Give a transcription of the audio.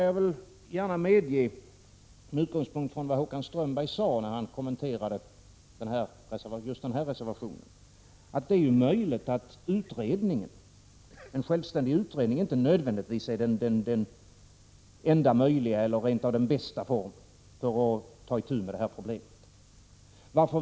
Jag skall gärna medge — med utgångspunkt i vad Håkan Strömberg sade när han kommenterade just den här reservationen — att en självständig utredning inte nödvändigtvis är den enda möjliga eller ens den bästa formen för att ta itu med det här problemet.